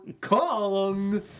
Kong